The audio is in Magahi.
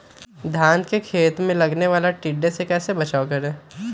धान के खेत मे लगने वाले टिड्डा से कैसे बचाओ करें?